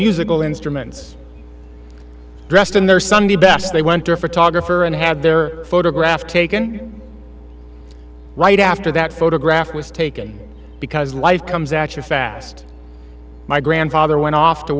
musical instruments dressed in their sunday best they went to a photographer and had their photograph taken right after that photograph was taken because life comes actually fast my grandfather went off to